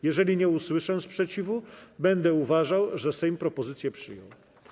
Jeżeli nie usłyszę sprzeciwu, będę uważał, że Sejm propozycje przyjął.